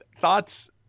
thoughts